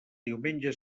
diumenge